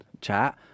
chat